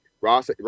Ross